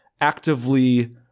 actively